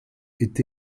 est